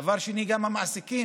דבר שני, המעסיקים,